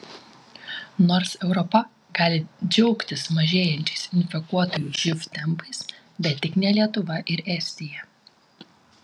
nors europa gali džiaugtis mažėjančiais infekuotųjų živ tempais bet tik ne lietuva ir estija